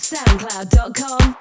SoundCloud.com